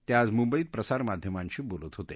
ते आज मुंबईत प्रसारमाध्यमांशी बोलत होते